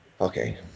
Okay